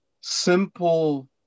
simple